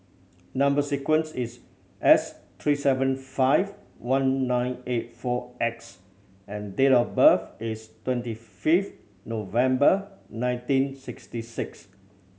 number sequence is S three seven five one nine eight four X and date of birth is twenty fifth November nineteen sixty six